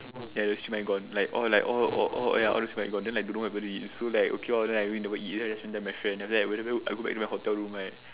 ya the siew-mai gone all like all all all the siew-mai gone then like don't know what happen to it so like okay lor then we all never eat then just tell my friend then after that when I go back to my hotel room right